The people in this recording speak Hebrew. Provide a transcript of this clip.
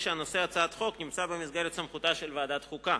שנושא הצעת החוק נמצא במסגרת סמכותה של ועדת החוקה.